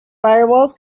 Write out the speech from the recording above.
firewalls